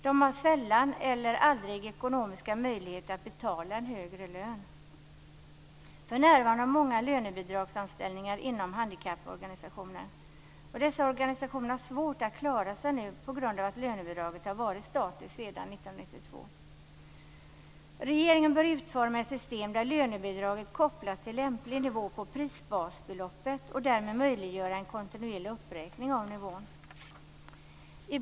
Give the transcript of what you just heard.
De har sällan eller aldrig ekonomiska möjligheter att betala en högre lön. För närvarande har många lönebidragsanställningar inom handikapporganisationer. Dessa organisationer har svårt att klara sig nu på grund av att lönebidraget har varit statiskt sedan 1992. Regeringen bör utforma ett system där lönebidraget kopplas till lämplig nivå på prisbasbeloppet och därmed möjliggör en kontinuerlig uppräkning av nivån. Herr talman!